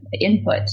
input